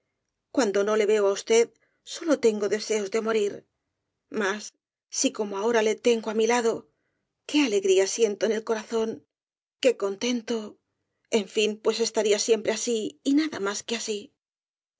cuando no le veo á usted sólo tengo deseos de morir mas si como ahora le tengo á mi lado qué alegría siento en el corazón qué contento en fin pues estaría siempre así y nada más que así